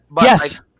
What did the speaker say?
Yes